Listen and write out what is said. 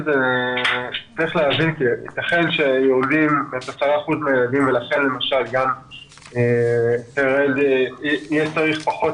צריך להבין שיתכן שיורדים 10 אחוזים מהילדים ואז צריך פחות